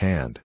Hand